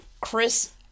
Chris